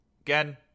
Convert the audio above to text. again